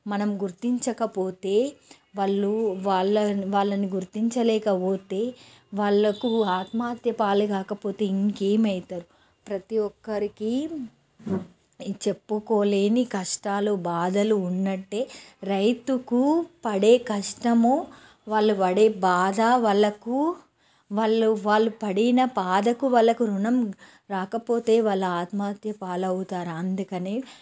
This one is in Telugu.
మనం గుర్తించకపోతే వాళ్ళు వాళ్ళ వాళ్ళని గుర్తించలేక పొతే వాళ్ళకు ఆత్మహత్య పాలే కాకపోతే ఇంకేం అవుతారు ప్రతీ ఒక్కరికి చెప్పుకోలేని కష్టాలు బాధలు ఉన్నట్టే రైతుకు పడే కష్టము వాళ్ళు పడే బాధ వాళ్ళకు వాళ్ళు వాళ్ళు పడిన బాధకు వాళ్ళకు రుణం రాకపోతే వాళ్ళ ఆత్మహత్య పాలవుతారు అందుకని